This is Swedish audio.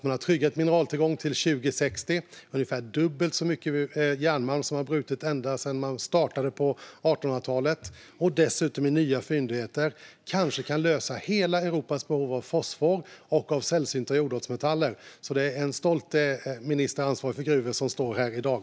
Man har tryggat mineraltillgången till 2060 med ungefär dubbelt så mycket järnmalm som man har brutit ända sedan man startade på 1800-talet och dessutom i nya fyndigheter - kanske kan det lösa frågan med hela Europas behov av fosfor och sällsynta jordartsmetaller. Det är alltså en stolt minister ansvarig för gruvor som står här i dag.